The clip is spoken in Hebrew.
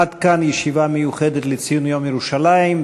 עד כאן ישיבה מיוחדת לציון יום ירושלים.